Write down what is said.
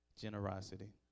Generosity